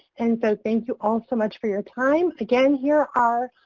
and so thank you all so much for your time. again, here are,